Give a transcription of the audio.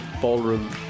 Ballroom